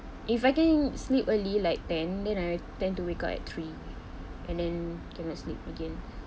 if I can sleep early like ten then I tend to wake up at three and then cannot sleep again